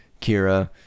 Kira